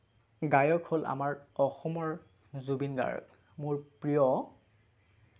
গায়ক হ'ল আমাৰ অসমৰ জুবিন গাৰ্গ মোৰ প্ৰিয়